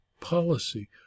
policy